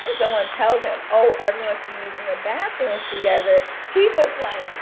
and someone tells him, oh, everyone should be using the bathrooms together, he's just like,